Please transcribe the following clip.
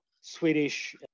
Swedish